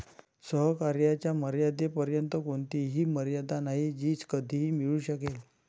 सहकार्याच्या मर्यादेपर्यंत कोणतीही मर्यादा नाही जी कधीही मिळू शकेल